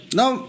Now